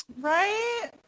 Right